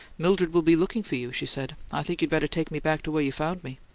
mildred will be looking for you, she said. i think you'd better take me back to where you found me.